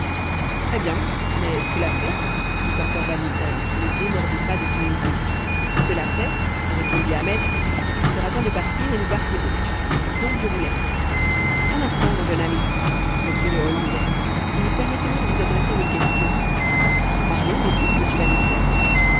très bien mais cela fait dit encore van mitten qui ne démordait pas de son idée cela fait répondit ahmet il sera temps de partir et nous partirons donc je vous laisse un instant mon jeune ami reprit le hollandais et permettez-moi de vous adresser une question parlez mais vite monsieur